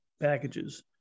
packages